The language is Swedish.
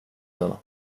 den